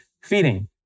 Feeding